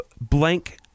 blank